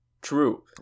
True